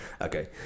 Okay